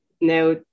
now